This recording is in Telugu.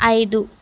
ఐదు